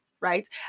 right